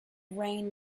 rain